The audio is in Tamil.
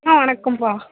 ஆ வணக்கம்ப்பா